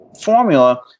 formula